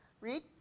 Read